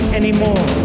anymore